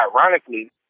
ironically